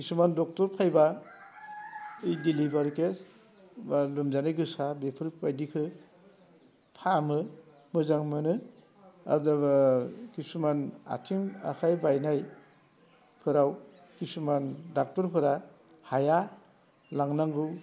किसुमान ड'क्टर फायब्ला ओइ डेलिभारिखो बा लोमजानाय गोसा बेफोरबायदिखो फाहामो मोजां मोनो आर जेनोबा किसुमान आथिं आखाइ बायनाय फोराव किसुमान ड'क्टरफोरा हाया लांनांगौ